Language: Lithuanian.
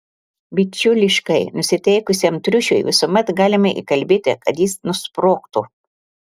bičiuliškai nusiteikusiam triušiui visuomet galima įkalbėti kad jis nusprogtų